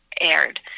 aired